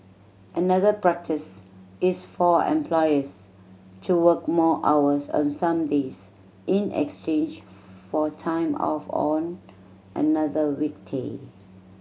another practice is for employees to work more hours on some days in exchange for time off on another weekday